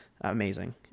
amazing